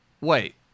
Wait